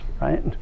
right